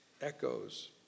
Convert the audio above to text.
echoes